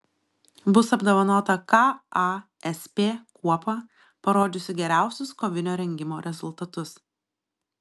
bus apdovanota kasp kuopa parodžiusi geriausius kovinio rengimo rezultatus